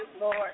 Lord